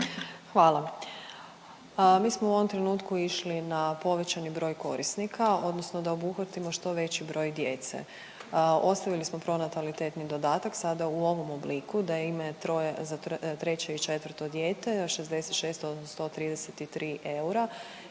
Hvala. Mi smo u ovom trenutku išli na povećani broj korisnika odnosno da obuhvatimo što veći broj djece. Ostavili smo pronatalitetni dodatak sada u ovom obliku da im je troje, 3. i 4. dijete 66 odnosno 33 eura,